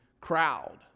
crowd